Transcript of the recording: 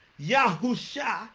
Yahusha